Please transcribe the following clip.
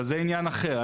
אבל זה עניין אחר.